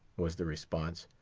was the response.